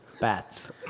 Bats